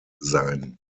sein